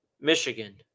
Michigan